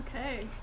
Okay